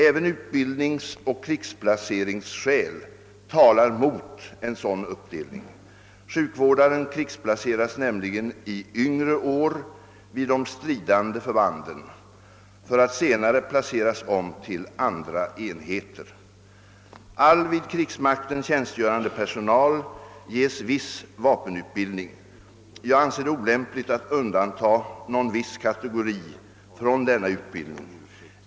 Även utbildningsoch krigsplaceringsskäl talar mot en sådan uppdelning. Sjukvårdaren krigsplaceras nämligen i yngre år vid de stridande förbanden för att senare placeras om till andra enheter. All vid krigsmakten tjänstgörande personal ges viss vapenutbildning. Jag anser det olämpligt att undanta någon viss kategori från denna utbildning.